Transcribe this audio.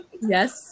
Yes